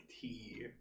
tea